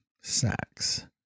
sex